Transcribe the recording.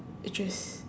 it's just